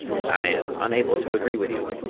i am unable to agree with you.